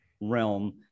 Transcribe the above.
realm